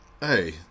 Hey